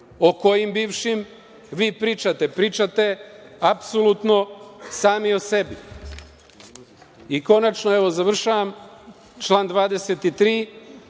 O kojim bivšim vi pričate? Pričate apsolutno sami o sebi. Konačno, evo završavam, član 23.